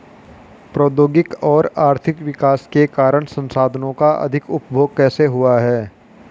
प्रौद्योगिक और आर्थिक विकास के कारण संसाधानों का अधिक उपभोग कैसे हुआ है?